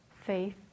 faith